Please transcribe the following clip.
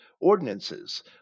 ordinances